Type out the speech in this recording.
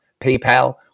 PayPal